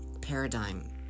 paradigm